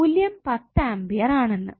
മൂല്യം 10 ആമ്പിയർ ആണെന്ന്